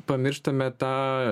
pamirštame tą